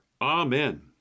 Amen